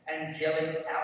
angelic